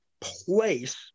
place